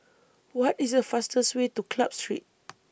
What IS The fastest Way to Club Street